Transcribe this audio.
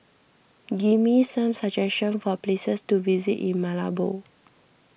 give me some suggestions for places to visit in Malabo